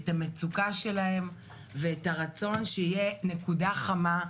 את המצוקה שלהם ואת הרצון שתהיה נקודה חמה,